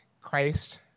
Christ